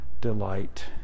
delight